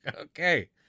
okay